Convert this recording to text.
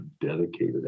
dedicated